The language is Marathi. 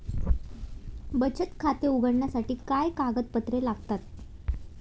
बचत खाते उघडण्यासाठी काय कागदपत्रे लागतात?